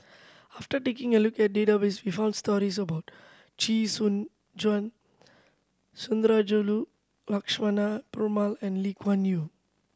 after taking a look at database we found stories about Chee Soon Juan Sundarajulu Lakshmana Perumal and Lee Kuan Yew